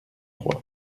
trois